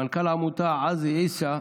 מנכ"ל העמותה ע'אזי עיסא,